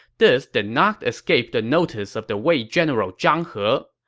this did not escape the notice of the wei general zhang he.